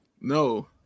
No